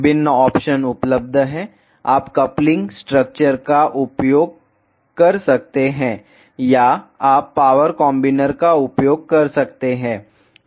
विभिन्न ऑप्शन उपलब्ध हैं आप कपलिंग स्ट्रक्चर का उपयोग कर सकते हैं या आप पावर कॉम्बिनर का उपयोग कर सकते हैं